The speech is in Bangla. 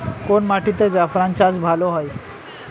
কোন মাটিতে জাফরান চাষ ভালো হয়?